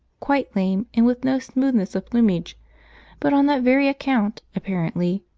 quite lame, and with no smoothness of plumage but on that very account, apparently,